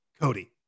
Cody